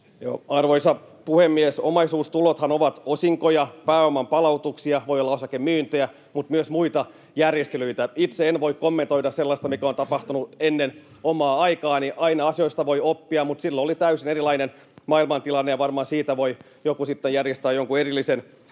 Arvoisa puhemies! Omaisuustulothan ovat osinkoja, pääoman palautuksia, ja voi olla osakemyyntejä mutta myös muita järjestelyitä. Itse en voi kommentoida sellaista, mikä on tapahtunut ennen omaa aikaani. Aina asioista voi oppia, mutta silloin oli täysin erilainen maailmantilanne, ja varmaan siitä voi joku sitten järjestää jonkun erillisen